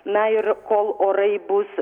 na ir kol orai bus